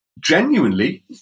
Genuinely